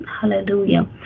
Hallelujah